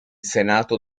senato